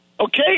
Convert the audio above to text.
Okay